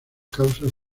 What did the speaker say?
causas